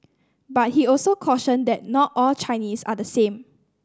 but he also cautioned that not all Chinese are the same